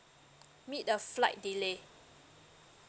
meet the flight delay